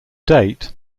date